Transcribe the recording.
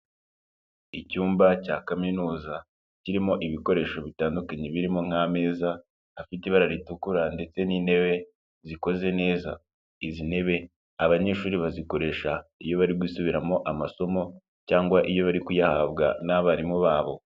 Icyumba cya kaminuza kirimo ibikoresho bitandukanye birimo nk'ameza afite ibara ritukura ndetse n'intebe zikoze neza, izi ntebe abanyeshuri bazikoresha iyo bari gusubiramo amasomo cyangwa iyo bari kuyahabwa n'abarimu babo.